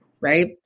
right